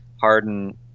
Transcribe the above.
Harden